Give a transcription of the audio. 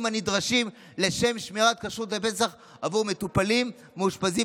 הנדרשים לשם שמירת כשרות בפסח עבור מטופלים המאושפזים,